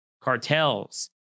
cartels